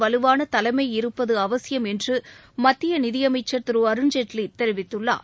வலுவான தலைமை இருப்பது அவசியம் என்று மத்திய நிதி அமைச்சர் திரு அருண்ஜேட்லி தெரிவித்துள்ளார்